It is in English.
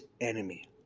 enemy